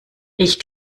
ich